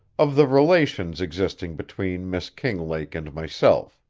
of the relations existing between miss kinglake and myself.